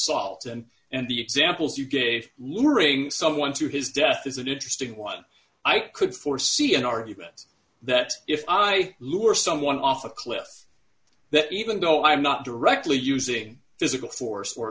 assault and and the examples you gave luring someone to his death is an interesting one i could foresee an argument that if i lured someone off a cliff that even though i'm not directly using physical force or